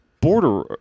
border